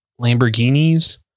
lamborghinis